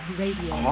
radio